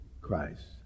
Christ